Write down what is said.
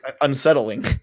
unsettling